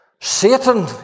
Satan